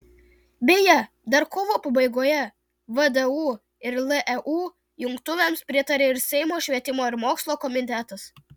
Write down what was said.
beje dar kovo pabaigoje vdu ir leu jungtuvėms pritarė ir seimo švietimo ir mokslo komitetas